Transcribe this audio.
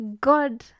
God